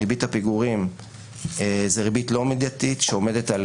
ריבית הפיגורים היא ריבית לא מידתית שעומדת על